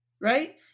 right